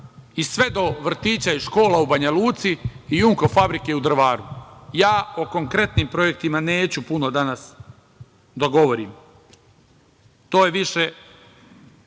i sve do vrtića i škola u Banjaluci i „Junko“ fabrike u Drvaru. Ja o konkretnim projektima neću puno danas da govorim, to je više